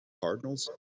Cardinals